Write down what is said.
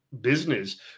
business